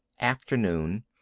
Afternoon